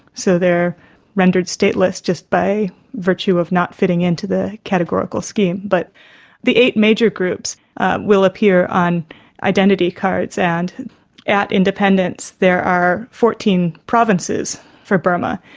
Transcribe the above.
so they're rendered stateless just by virtue of not fitting into the categorical scheme. but the eight major groups will appear on identity cards. and at independence there are fourteen provinces for burma.